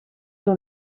dans